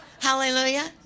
Hallelujah